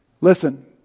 Listen